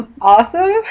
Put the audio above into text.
Awesome